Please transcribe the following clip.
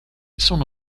sono